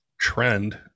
trend